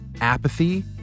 apathy